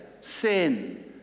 sin